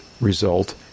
result